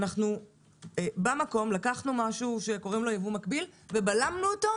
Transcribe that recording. אנחנו במקום לקחנו משהו שקוראים לו ייבוא מקביל ובלמנו אותו.